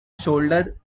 shoulder